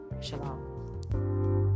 Shalom